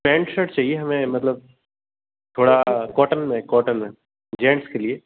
pant shirt चाहिए हमें मतलब थोड़ा कॉटन में कॉटन में जेन्ट्स के लिए